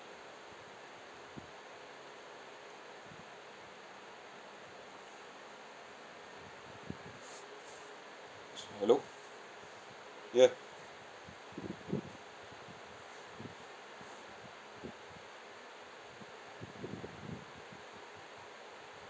hello ya